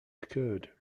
occurred